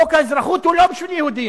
חוק האזרחות הוא לא בשביל יהודים,